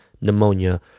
pneumonia